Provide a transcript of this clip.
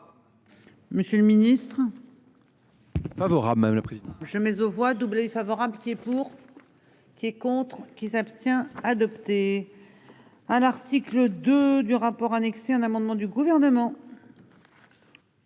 Monsieur le Ministre. Favorable, même la prise. Jamais aux voix doublées favorable qui est pour. Qui est contre qui s'abstient adopté. À l'article 2 du rapport annexé, un amendement du gouvernement.